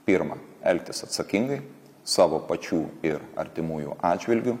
pirma elgtis atsakingai savo pačių ir artimųjų atžvilgiu